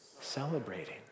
celebrating